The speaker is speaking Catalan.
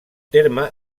terme